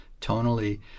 tonally